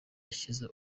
yashyize